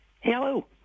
Hello